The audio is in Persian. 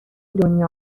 دنیا